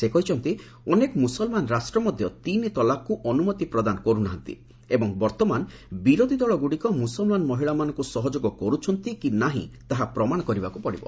ସେ କହିଛନ୍ତି ଅନେକ ମୁସଲମାନ ରାଷ୍ଟ ତିନି ତଲାକକୁ ଅନୁମତି ପ୍ରଦାନ କରୁନାହାନ୍ତି ଏବଂ ବର୍ତ୍ତମାନ ବିରୋଧୀଦଳଗୁଡ଼ିକ ମୁସଲମାନ ମହିଳାମାନଙ୍କୁ ସହଯୋଗ କରୁଛନ୍ତି କି ନାହିଁ ତାହା ପ୍ରମାଣ କରିବାକୁ ପଡ଼ିବ